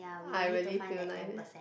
I really feel nine leh